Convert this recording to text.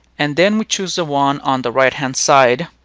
and then we choose the one on the right-hand side.